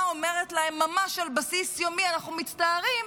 אומרת להם ממש על בסיס יומי: אנחנו מצטערים,